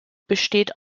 besteht